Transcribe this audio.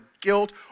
guilt